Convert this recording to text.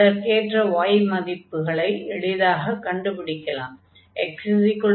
அதற்கேற்ற y மதிப்புகளை எளிதாகக் கண்டுபிடிக்கலாம்